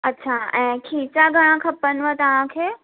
अच्छा ऐं खीचा घणां खपनिव तव्हांखे